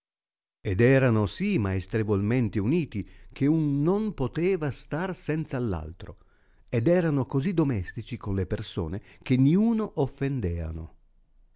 ed erano si maestrevolmente uniti che un non poteva star senza l altro ed erano così domestici con le persone che ninno offendeano